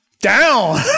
Down